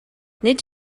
nid